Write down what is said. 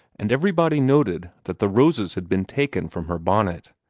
and everybody noted that the roses had been taken from her bonnet.